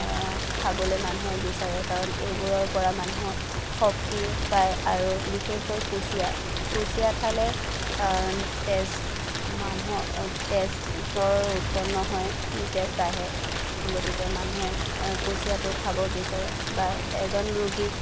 খাবলে মানুহে বিচাৰে কাৰণ এইবোৰৰ পৰা মানুহে শক্তি পায় আৰু বিশেষকৈ কুচিয়া কুচিয়া খালে তেজ মানুহৰ তেজৰ উৎপন্ন হয় তেজ বাঢ়ে গতিকে মানুহে কুচিয়াটো খাব বিচাৰে বা এজন ৰোগীক